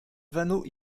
vanneau